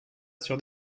sur